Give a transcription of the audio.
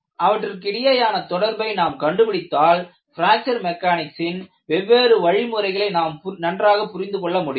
அவற்றிற்கு இடையேயான தொடர்பை நாம் கண்டுபிடித்தால் பிராக்ச்சர் மெக்கானிக்சின் வெவ்வேறு வழிமுறைகளை நாம் நன்றாக புரிந்துகொள்ள முடியும்